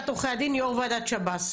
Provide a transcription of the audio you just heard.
הדין, יו"ר ועדת שב"ס.